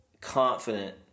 confident